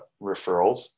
referrals